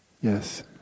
Yes